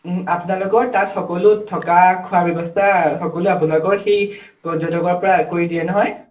আপোনালোকৰ তাত সকলো থকা খোৱাৰ ব্যৱস্থা সকলো আপোনালোকৰ সেই পৰ্যটকৰপৰা কৰি দিয়ে নহয়